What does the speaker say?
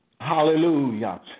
hallelujah